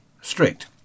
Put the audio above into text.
strict